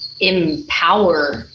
empower